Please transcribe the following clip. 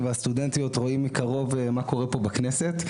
והסטודנטיות רואים מקרוב מה קורה בכנסת.